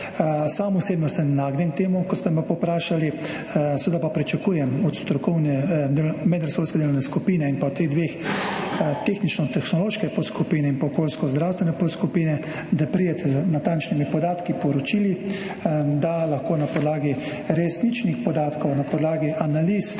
Sam osebno sem naklonjen temu, kar ste me povprašali, seveda pa pričakujem od strokovne medresorske delovne skupine in pa od teh dveh, tehničnotehnološke podskupine in pa okoljskozdravstvene podskupine, da pridete z natančnimi podatki, poročili, da lahko na podlagi resničnih podatkov, na podlagi analiz